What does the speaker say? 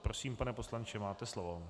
Prosím, pane poslanče, máte slovo.